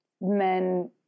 men